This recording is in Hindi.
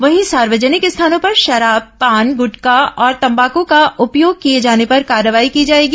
वहीं सार्वजनिक स्थानों पर शराब पान गुटखा और तम्बाक का उपयोग किए जाने पर कार्रवाई की जाएगी